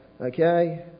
Okay